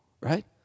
right